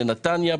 לנתניה,